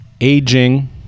aging